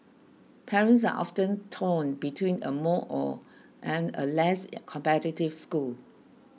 parents are often torn between a more or and a less competitive school